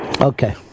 Okay